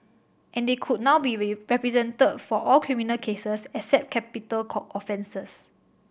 and they could now be represented for all criminal cases except capital offences